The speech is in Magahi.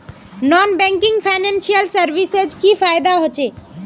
नॉन बैंकिंग फाइनेंशियल सर्विसेज से की फायदा होचे?